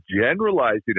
generalizing